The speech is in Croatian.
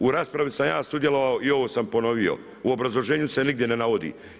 U raspravi sam ja sudjelovao i ovo sam ponovio, u obrazloženju se nigdje ne navodi.